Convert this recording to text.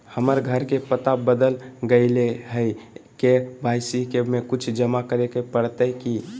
हमर घर के पता बदल गेलई हई, के.वाई.सी में कुछ जमा करे पड़तई की?